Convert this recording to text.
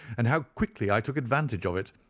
and how quickly i took advantage of it,